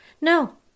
No